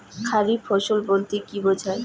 খারিফ ফসল বলতে কী বোঝায়?